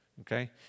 okay